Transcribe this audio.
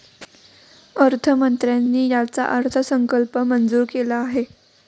अर्थमंत्र्यांनी याचा अर्थसंकल्प मंजूर केला आहे